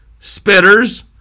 spitters